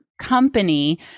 company